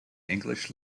english